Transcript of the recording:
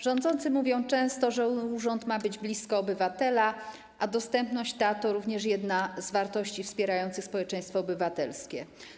Rządzący mówią często, że urząd ma być blisko obywatela, a ta dostępność to również jedna z wartości wspierających społeczeństwo obywatelskie.